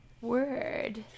Word